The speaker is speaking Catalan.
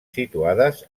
situades